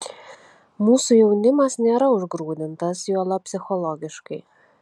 mūsų jaunimas nėra užgrūdintas juolab psichologiškai